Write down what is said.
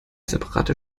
separate